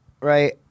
right